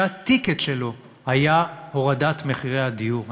שה"טיקט" שלו היה הורדת מחירי הדיור,